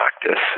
practice